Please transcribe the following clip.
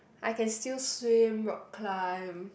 I can still swim rock climb